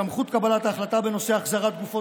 סמכות קבלת ההחלטה בנושא החזרת גופות